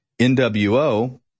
NWO